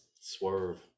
swerve